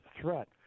threat